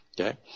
Okay